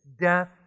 Death